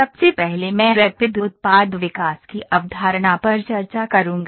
सबसे पहले मैं रैपिड उत्पाद विकास की अवधारणा पर चर्चा करूंगा